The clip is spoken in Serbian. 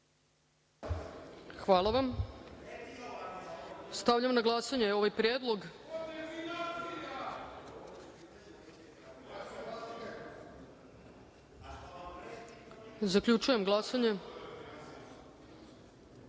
Hvala vam. Stavljam na glasanje ovaj predlog. Zaključujem glasanje: